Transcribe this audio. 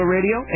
Radio